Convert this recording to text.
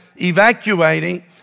evacuating